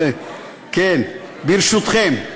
ברשותכם,